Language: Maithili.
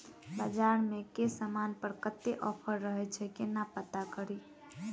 बजार मे केँ समान पर कत्ते ऑफर रहय छै केना पत्ता कड़ी?